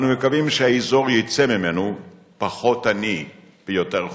אנו מקווים שהאזור יצא ממנו פחות עני ויותר חופשי,